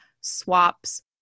swaps